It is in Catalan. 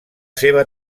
seva